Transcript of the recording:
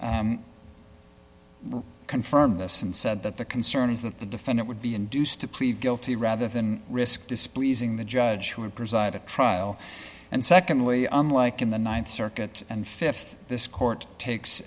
confirmed this and said that the concern is that the defendant would be induced to plead guilty rather than risk displeasing the judge who presided trial and secondly unlike in the th circuit and th this court takes